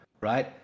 right